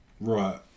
Right